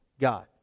God